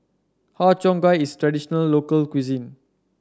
Har Cheong Gai is traditional local cuisine